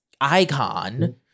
icon